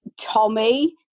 Tommy